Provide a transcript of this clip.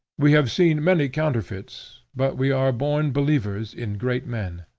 we have seen many counterfeits, but we are born believers in great men.